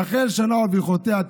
תחל שנה וברכותיה.